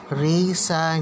risa